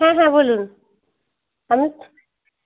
হ্যাঁ হ্যাঁ বলুন আপনি